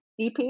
EP